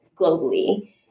globally